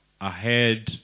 ahead